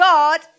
God